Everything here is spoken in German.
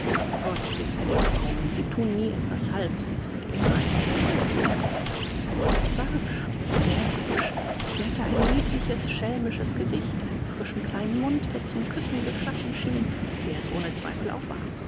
gott segne die frauen sie thun nie etwas halb sie sind immer in vollem ernste sie war hübsch sehr hübsch sie hatte ein liebliches schelmisches gesicht einen frischen kleinen mund der zum küssen geschaffen schien wie er es ohne zweifel auch war